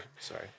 Sorry